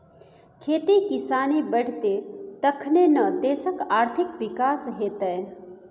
खेती किसानी बढ़ितै तखने न देशक आर्थिक विकास हेतेय